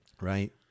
Right